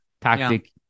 tactic